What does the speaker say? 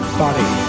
body